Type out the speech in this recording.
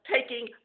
taking